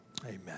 amen